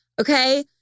Okay